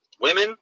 women